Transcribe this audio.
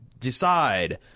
decide